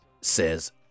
says